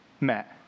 met